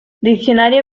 diccionario